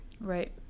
Right